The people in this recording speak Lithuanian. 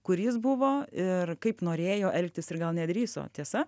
kur jis buvo ir kaip norėjo elgtis ir gal nedrįso tiesa